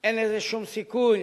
אין לזה שום סיכוי.